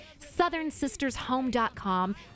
southernsistershome.com